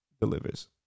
delivers